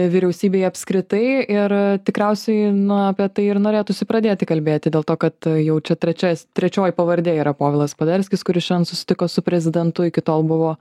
vyriausybei apskritai ir tikriausiai na apie tai ir norėtųsi pradėti kalbėti dėl to kad jau čia trečias trečioji pavardė yra povilas poderskis kuris šiandien susitiko su prezidentu iki tol buvo